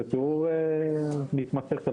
זה תיאור מתמשך של